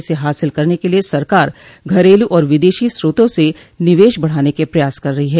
इसे हासिल करने के लिए सरकार घरेलू और विदेशी स्रोतों से निवेश बढ़ाने के प्रयास कर रही है